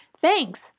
thanks